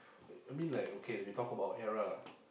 I mean like okay we talk about era